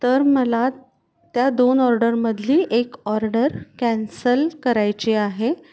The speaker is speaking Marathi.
तर मला त्या दोन ऑर्डरमधली एक ऑर्डर कॅन्सल करायची आहे